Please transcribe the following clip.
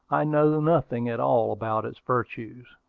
i know nothing at all about its virtues.